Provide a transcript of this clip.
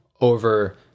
over